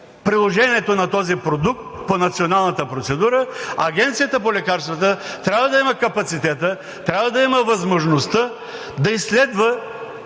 приложението на този продукт по националната процедура, Агенцията по лекарствата трябва да има капацитета, трябва да има възможността да изследва